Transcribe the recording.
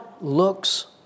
looks